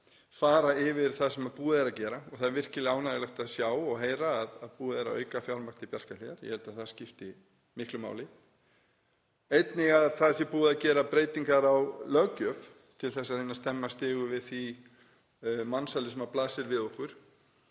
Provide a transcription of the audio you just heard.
fara yfir það sem búið er að gera og það er virkilega ánægjulegt að sjá og heyra að búið er að auka fjármagn til Bjarkarhlíðar. Ég held að það skipti miklu máli. Einnig að það sé búið að gera breytingar á löggjöf til að reyna að stemma stigu við því mansali sem blasir við okkur.